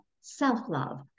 self-love